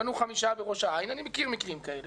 תקווה וקנו דירת 5 חדרים בראש העין אני מכיר מקרים כאלה